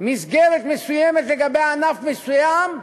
מסגרת מסוימת לגבי ענף מסוים,